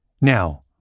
Now